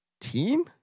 team